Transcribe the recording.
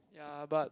ya but